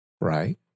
right